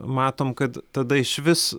matom kad tada išvis